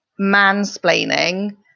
mansplaining